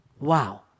Wow